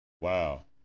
Wow